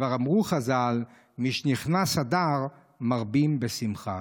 וכבר אמרו חז"ל: "משנכנס אדר מרבין בשמחה".